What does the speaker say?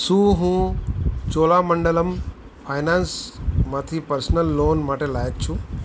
શું હું ચોલામંડલમ ફાયનાન્સમાંથી પર્સનલ લોન માટે લાયક છું